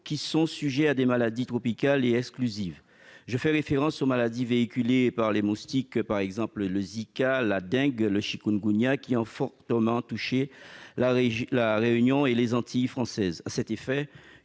sont exposées à des maladies tropicales et exclusives. Je fais ici référence aux maladies véhiculées par les moustiques, telles que le zika, la dengue ou le chikungunya, qui ont fortement touché La Réunion et les Antilles françaises. À ce sujet,